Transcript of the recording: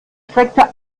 streckte